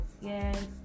yes